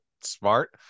Smart